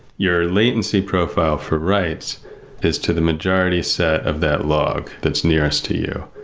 your latency profile for writes is to the majority set of that log that's nearest to you.